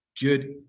good